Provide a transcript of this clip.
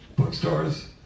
Bookstores